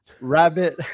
rabbit